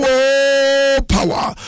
Power